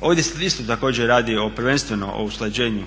Ovdje se isto također radi prvenstveno o usklađenju